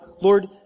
Lord